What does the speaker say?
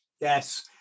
yes